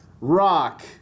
rock